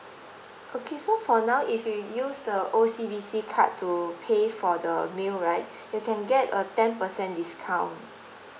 okay so for now if you use the O_C_B_C card to pay for the meal right you can get a ten percent discount